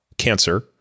cancer